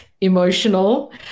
emotional